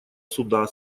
суда